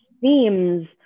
seems